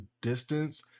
distance